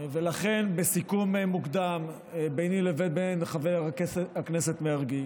לכן, בסיכום מוקדם ביני לבין חבר הכנסת מרגי